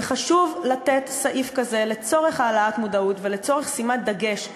וחשוב לתת סעיף כזה לצורך העלאת מודעות ולצורך שימת דגש שלנו,